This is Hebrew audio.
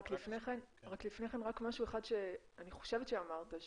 אבל לפני כן משהו אחד שאני חושבת שאמרת,